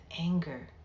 anger